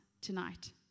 tonight